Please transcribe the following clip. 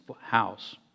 house